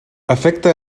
afecta